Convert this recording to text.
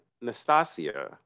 nastasia